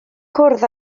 cwrdd